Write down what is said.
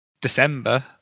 December